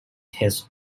his